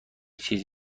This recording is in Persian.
چیز